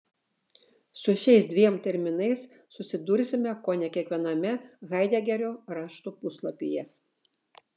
su šiais dviem terminais susidursime kone kiekviename haidegerio raštų puslapyje